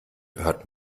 hört